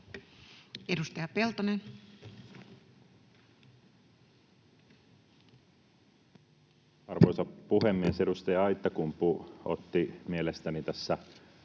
18:17 Content: Arvoisa puhemies! Edustaja Aittakumpu otti mielestäni tässä